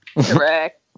Correct